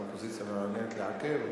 האופוזיציה מעוניינת לעכב.